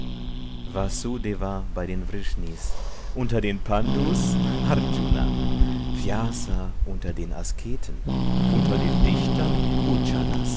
vsudeva bei den vrishnis unter den pndus arjuna pisa unter den asketen unter den dichtern